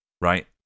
right